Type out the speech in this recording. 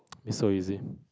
it's so easy